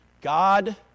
God